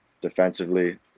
defensively